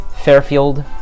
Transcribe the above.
fairfield